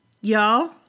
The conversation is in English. y'all